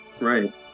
Right